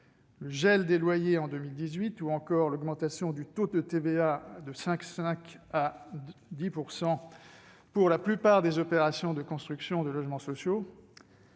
le gel des loyers en 2018 ou encore l'augmentation du taux de TVA de 5,5 % à 10 % sur la plupart des opérations de construction de logements sociaux.